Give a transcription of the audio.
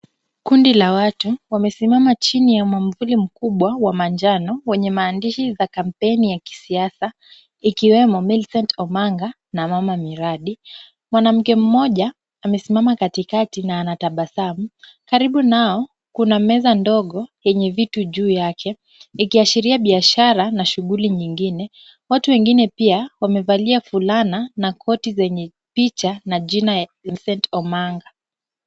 Kundi la watu wamesimama chini ya mwavuli mkubwa wa manjano wenye maandishi za kampeni ya kisiasa ikiwemo Millicent Omanga na mama miradi. Mwanamke mmoja amesimama katikati na anatabasamu. Karibu nao kuna meza ndogo yenye vitu juu yake ikiashiria biashara na shughuli nyingine. Watu wengine pia wamevalia fulana na koti zenye picha na jina ya Millicent Omanga.